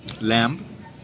lamb